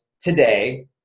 today